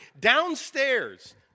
downstairs